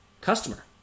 customer